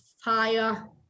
fire